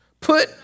Put